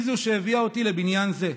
היא זו שהביאה אותי לבניין זה.